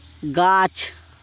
গাছ